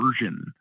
version